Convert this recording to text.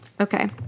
Okay